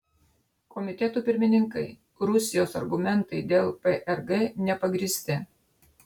komitetų pirmininkai rusijos argumentai dėl prg nepagrįsti